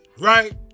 right